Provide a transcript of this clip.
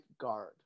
guard